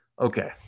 Okay